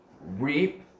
reap